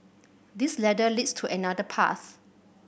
this ladder leads to another path